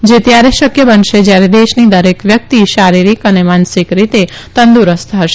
જે ત્યારે શકય બનશે જયારે દેશની દરેક વ્યકિત શારીરીક અને માનસિક રીતે તંદુરસ્ત હશે